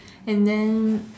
and then